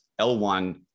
L1